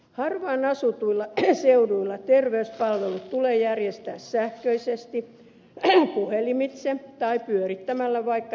harvaanasutuilla seuduilla terveyspalvelut tulee järjestää sähköisesti puhelimitse tai pyörittämällä vaikka terveyspalveluautoja